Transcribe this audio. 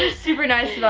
ah super nice you know